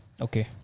Okay